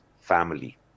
family